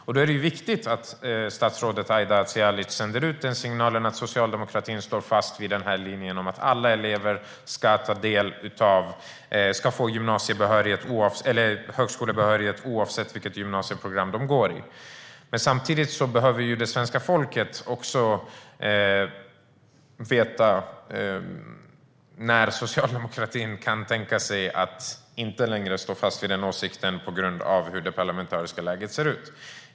Det är då viktigt att statsrådet Aida Hadzialic sänder ut signalen att socialdemokratin står fast vid linjen att alla elever ska få högskolebehörighet oavsett vilket gymnasieprogram de går i. Samtidigt behöver det svenska folket veta när Socialdemokraterna kan tänka sig att inte längre stå fast vid denna åsikt på grund av hur det parlamentariska läget ser ut.